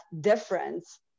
difference